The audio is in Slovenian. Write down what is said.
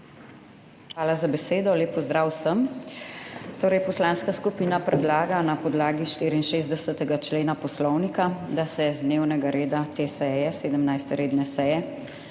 Hvala za besedo. Lep pozdrav vsem! Poslanska skupina predlaga na podlagi 64. člena Poslovnika, da se z dnevnega reda te seje, 17. redne seje,